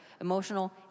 emotional